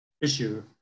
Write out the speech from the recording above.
issue